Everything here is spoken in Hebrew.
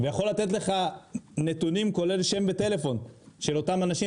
יכול לתת לך נתונים כולל שם וטלפון של אותם אנשים,